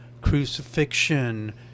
crucifixion